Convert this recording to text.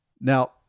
Now